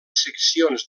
seccions